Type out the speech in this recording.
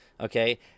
okay